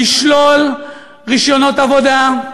לשלול רישיונות עבודה.